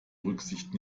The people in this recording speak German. rücksicht